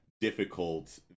difficult